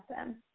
Awesome